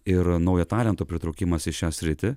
ir naujo talento pritraukimas į šią sritį